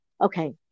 okay